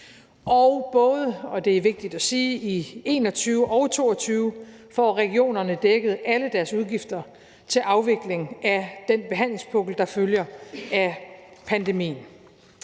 og 2022 – og det er vigtigt at sige – får regionerne dækket alle deres udgifter til afvikling af den behandlingspukkel, der følger af pandemien.